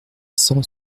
cent